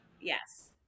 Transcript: Yes